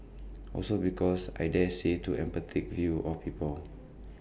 also because I daresay to apathetic view of people